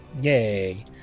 Yay